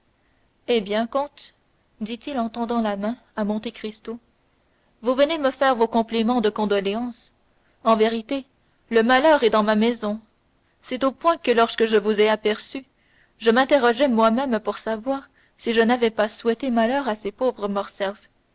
eh bien comte dit-il en tendant la main à monte cristo vous venez me faire vos compliments de condoléance en vérité le malheur est dans ma maison c'est au point que lorsque je vous ai aperçu je m'interrogeais moi-même pour savoir si je n'avais pas souhaité malheur à ces pauvres morcerf